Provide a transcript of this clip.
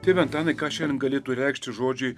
tai va antanai ką šiandien galėtų reikšti žodžiai